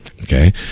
okay